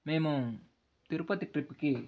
మేము తిరుపతి ట్రిప్కి